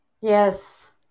Yes